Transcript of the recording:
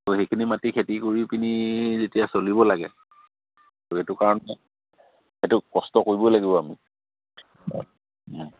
ত' সেইখিনি মাটি খেতি কৰি পিনি যেতিয়া চলিব লাগে ত' সেইটো কাৰণে সেইটো কষ্ট কৰিব লাগিব আমি